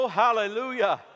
hallelujah